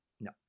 No